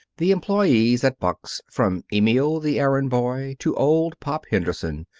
the employees at buck's from emil, the errand boy, to old pop henderson,